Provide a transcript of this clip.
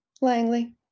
Langley